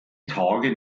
tage